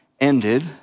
ended